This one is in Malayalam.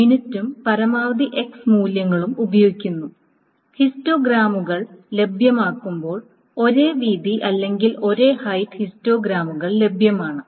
ഇത് മിനിറ്റും പരമാവധി x മൂല്യങ്ങളും ഉപയോഗിക്കുന്നു ഹിസ്റ്റോഗ്രാമുകൾ ലഭ്യമാകുമ്പോൾ ഒരേ വീതി അല്ലെങ്കിൽ ഒരേ ഹൈറ്റ് ഹിസ്റ്റോഗ്രാമുകൾ ലഭ്യമാണ്